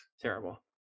terrible